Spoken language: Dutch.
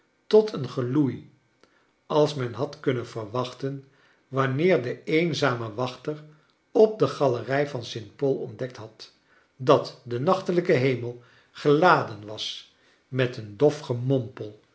tot een geloei als men had kunnen verwachten wanneer de eenzame wachter op de galerij van st paul's ontdekt had dat de nachtelijke hemel geladen was met een dof